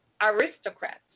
aristocrats